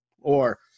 Or-